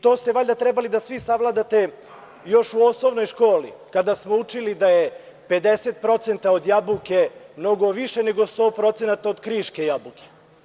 To ste valjda trebali svi da sagledate još u osnovnoj školi kada smo učili da je 50% od jabuke mnogo više nego 100% od kriške jabuke.